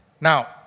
Now